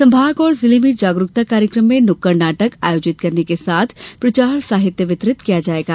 संभाग और जिले में जागरूकता कार्यक्रम में नुक्कड़ नाटक आयोजित करने के साथ प्रचार साहित्य वितरित किया जाएगा